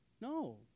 No